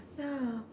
ya